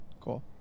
Cool